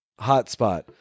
hotspot